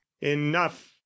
enough